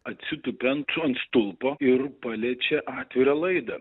atsitupia ant ant stulpo ir paliečia atvirą laidą